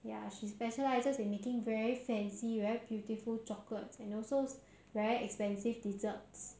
ya she specialises in making very fancy very beautiful chocolates and also very expensive desserts